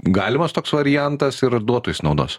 galimas toks variantas ir duotų jis naudos